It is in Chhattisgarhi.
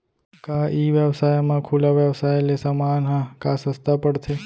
का ई व्यवसाय म खुला व्यवसाय ले समान ह का सस्ता पढ़थे?